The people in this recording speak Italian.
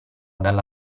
dalla